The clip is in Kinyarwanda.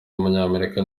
w’umunyamerika